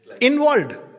involved